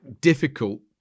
difficult